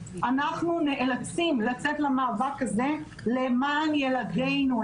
אנחנו נאלצים לצאת למאבק הזה למען ילדינו,